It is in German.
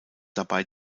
dabei